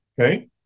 Okay